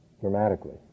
dramatically